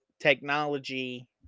technology